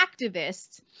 activists